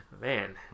man